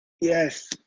yes